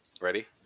Ready